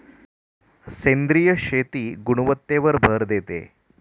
सेंद्रिय शेती गुणवत्तेवर भर देते